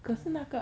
oh